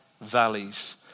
valleys